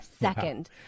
second